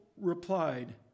replied